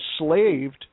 enslaved